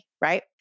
right